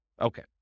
okay